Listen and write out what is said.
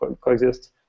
coexist